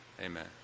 amen